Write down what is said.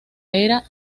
era